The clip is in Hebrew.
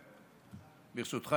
ברשותך,